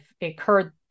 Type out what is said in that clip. occurred